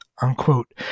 unquote